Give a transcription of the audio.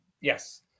Yes